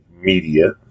media